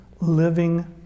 living